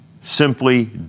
simply